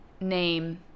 name